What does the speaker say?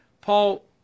Paul